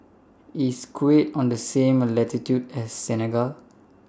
IS Kuwait on The same latitude as Senegal